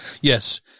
Yes